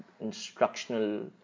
instructional